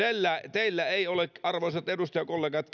teillä arvoisat edustajakollegat